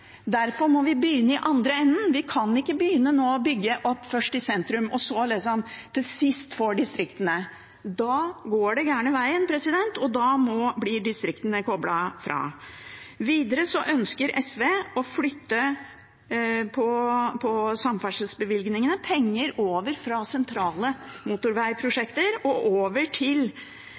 Derfor må vi begynne i den andre enden. Vi kan ikke begynne å bygge opp først i sentrum, og så, til sist, får distriktene. Da går det den gærne vegen, og da blir distriktene koblet fra. Videre ønsker SV å flytte på samferdselsbevilgningene, penger fra sentrale motorvegprosjekter over til